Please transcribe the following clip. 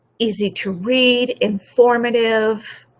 easy to read, informative,